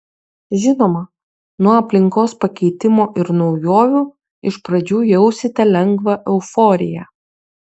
žinoma nuo aplinkos pakeitimo ir naujovių iš pradžių jausite lengvą euforiją